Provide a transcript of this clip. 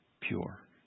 pure